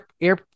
air